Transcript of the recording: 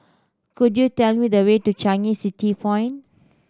could you tell me the way to Changi City Point